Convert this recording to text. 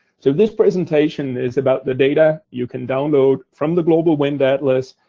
so, this presentation is about the data you can download from the global wind atlas,